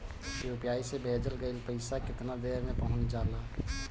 UPI से भेजल गईल पईसा कितना देर में पहुंच जाला?